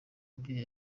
mubyeyi